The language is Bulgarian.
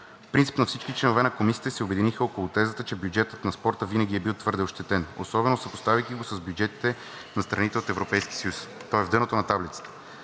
Принципно всички членове на Комисията се обединиха около тезата, че бюджетът на спорта винаги е бил твърде ощетен, особено съпоставяйки го с бюджетите на страните от Европейския съюз – той е в дъното на таблицата.